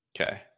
Okay